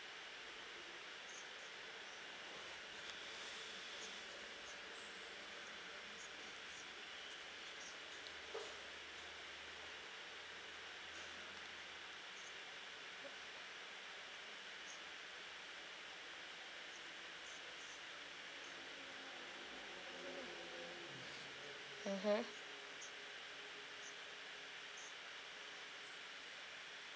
mmhmm